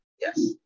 Yes